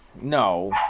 No